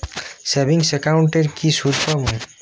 Savings একাউন্টে কি সুদ পাব?